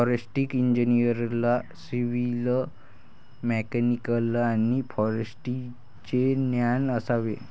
forestry इंजिनिअरला civil, mechanical आणि फॉरेस्ट्रीचे ज्ञान असावे